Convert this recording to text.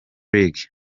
league